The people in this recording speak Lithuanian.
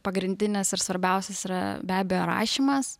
pagrindinis ir svarbiausias yra be abejo rašymas